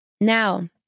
Now